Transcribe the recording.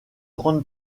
grande